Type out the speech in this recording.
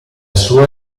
sua